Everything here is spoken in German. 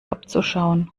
abzuschauen